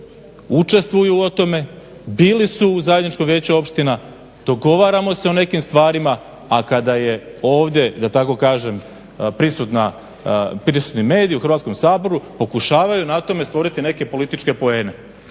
učestvuju u tome, bili su u zajedničkom vijeću opština, dogovaramo se u nekim stvarima, a kada je ovdje da tako kažem prisutni mediji u Hrvatskom saboru pokušavaju na tome stvoriti neke političke poene